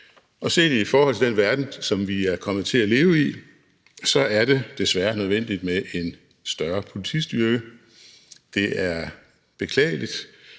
og set i forhold til den verden, som vi er kommet til at leve i, så er det desværre nødvendigt med en større politistyrke. Det er beklageligt,